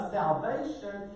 salvation